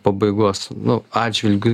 pabaigos nu atžvilgiu